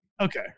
Okay